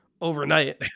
overnight